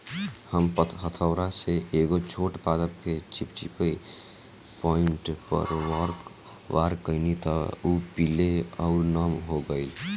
हम हथौड़ा से एगो छोट पादप के चिपचिपी पॉइंट पर वार कैनी त उ पीले आउर नम हो गईल